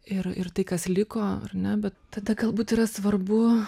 ir ir tai kas liko ar ne bet tada galbūt yra svarbu